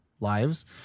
lives